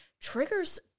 triggers